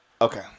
Okay